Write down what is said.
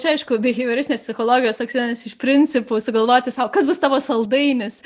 čia aišku biheivioristinės psichologijos toks vienas iš principų sugalvoti sau kas bus tavo saldainis